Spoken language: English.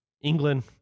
England